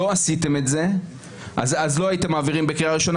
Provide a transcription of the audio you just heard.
מה שלא עשיתם, אז לא הייתם מעבירים בקריאה ראשונה.